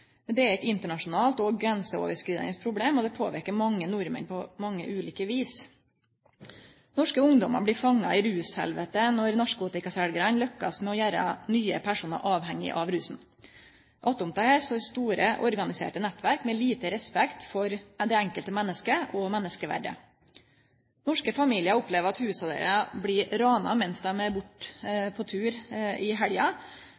Det er eit internasjonalt og grenseoverskridande problem, og det påverkar mange nordmenn på mange ulike vis. Norske ungdommar blir fanga i rushelvetet når narkotikaseljarane lukkast med å gjere nye personar avhengige av rusen. Attom dette står store, organiserte nettverk med lite respekt for det enkelte mennesket og menneskeverdet. Norske familiar opplever at husa deira blir rana medan dei er borte ein tur i